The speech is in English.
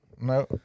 No